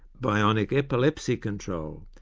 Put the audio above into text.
bionic epilepsy control,